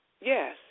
yes